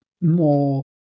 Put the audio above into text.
more